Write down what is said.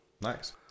Nice